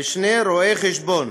ושני רואי-חשבון,